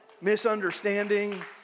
misunderstanding